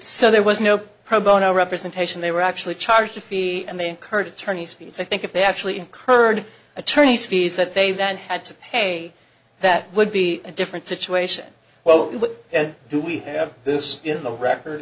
so there was no pro bono representation they were actually charged a fee and they incurred attorney's fees i think if they actually incurred attorneys fees that they then had to pay that would be a different situation well what do we have this in the record